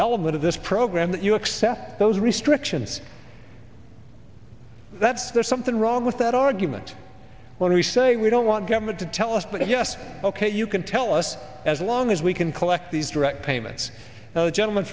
element of this program that you accept those restrictions that's there's something wrong with that argument when we say we don't want government to tell us but yes ok you can tell us as long as we can collect these direct payments now the gentleman